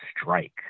strike